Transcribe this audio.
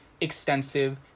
extensive